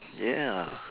ya